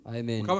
Amen